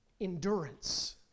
endurance